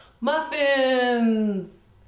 Muffins